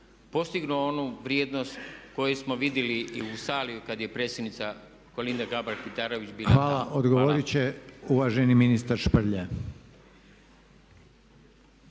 postignu onu vrijednost koju smo vidjeli i u Sali kad je predsjednica Kolinda Grabar Kitarović bila.. **Reiner, Željko (HDZ)** Hvala. Odgovorit će uvaženi ministar Šprlje.